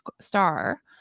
star